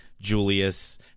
Julius